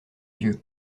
dieu